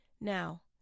Now